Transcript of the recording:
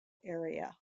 area